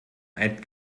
eid